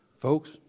Folks